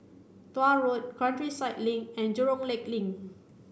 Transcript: Tuah Road Countryside Link and Jurong Lake Link